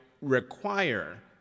require